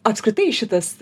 apskritai šitas